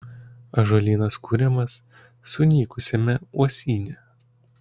ąžuolynas kuriamas sunykusiame uosyne